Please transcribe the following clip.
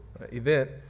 event